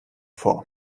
vor